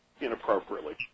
inappropriately